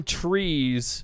trees